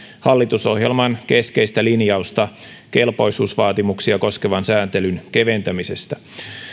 hallitusohjelman keskeistä linjausta kelpoisuusvaatimuksia koskevan sääntelyn keventämisestä